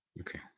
Okay